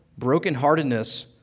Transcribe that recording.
brokenheartedness